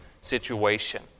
situation